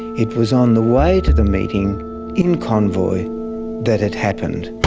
it was on the way to the meeting in convoy that it happened.